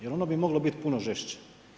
Jer ono bi moglo biti i puno žešće.